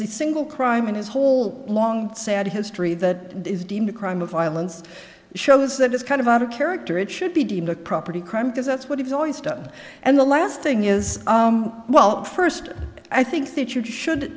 the single crime in his whole long sad history that is deemed a crime of violence shows that it's kind of out of character it should be deemed a property crime because that's what he's always done and the last thing is well first i think the church should